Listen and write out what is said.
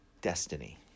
destiny